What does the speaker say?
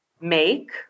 make